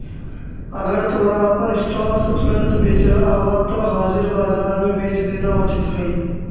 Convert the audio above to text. अगर तोरा अपन स्टॉक्स तुरंत बेचेला हवऽ त हाजिर बाजार में बेच देना उचित हइ